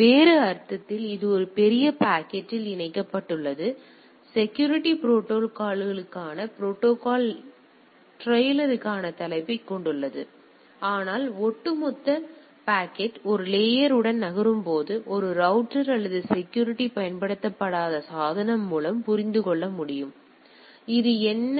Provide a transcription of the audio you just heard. எனவே வேறு அர்த்தத்தில் இது ஒரு பெரிய பாக்கெட்டில் இணைக்கப்பட்டுள்ளது இது செக்யூரிட்டி ப்ரோடோகால்க்கான ப்ரோடோகால் டிரெய்லருக்கான தலைப்பைக் கொண்டுள்ளது ஆனால் ஒட்டுமொத்த பாக்கெட் ஒரு லேயர் உடன் நகரும் போது அது ஒரு ரௌட்டர் அல்லது செக்யூரிட்டி செயல்படுத்தப்படாத சாதனம் மூலம் புரிந்துகொள்ள முடியும் இது என்ன